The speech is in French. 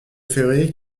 février